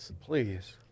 Please